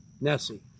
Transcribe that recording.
Nessie